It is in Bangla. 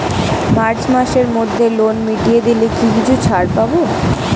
মার্চ মাসের মধ্যে লোন মিটিয়ে দিলে কি কিছু ছাড় পাব?